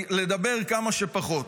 לדבר כמה שפחות.